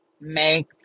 make